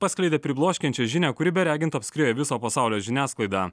paskleidė pribloškiančią žinią kuri beregint apskriejo viso pasaulio žiniasklaidą